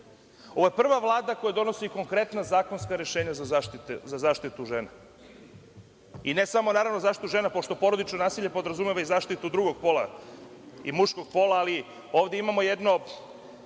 je prva Vlada koja donosi konkretna zakonska rešenja za zaštitu žena i ne samo zaštitu žena, pošto porodično nasilje podrazumeva i zaštitu drugog pola i muškog pola. Ali, ovde imamo jedno